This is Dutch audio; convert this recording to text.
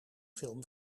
film